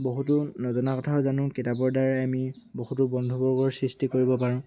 বহুতো নজনা কথাও জানো কিতাপৰ দ্বাৰাই আমি বহুতো বন্ধুবৰ্গৰ সৃষ্টি কৰিব পাৰোঁ